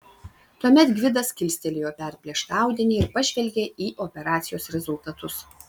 tuomet gvidas kilstelėjo perplėštą audinį ir pažvelgė į operacijos rezultatus